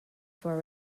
for